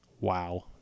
Wow